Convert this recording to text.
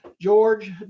George